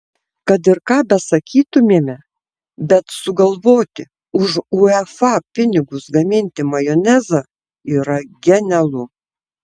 kad ir ką ir besakytumėme bet sugalvoti už uefa pinigus gaminti majonezą yra genialu